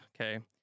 okay